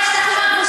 תודה.